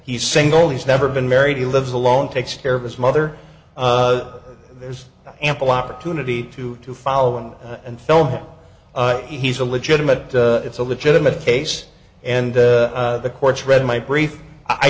he's single he's never been married he lives alone takes care of his mother there's ample opportunity to to follow him and film he's a legitimate it's a legitimate case and the courts read my brief i